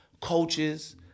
coaches